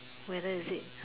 whether is it